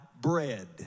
bread